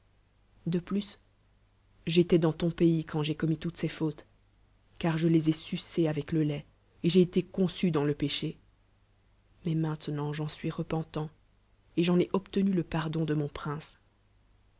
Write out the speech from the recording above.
de phs j'élois dans ton pays lorsque j'ai commis tontes ees faute car if les ai sucées avec le lait et j'ai été conçue dans le péché mais maintenant j'en suis repentant et j'en ai obu nu le pardon de mon priuce